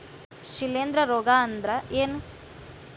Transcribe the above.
ಶಿಲೇಂಧ್ರ ರೋಗಾ ಅಂದ್ರ ಏನ್?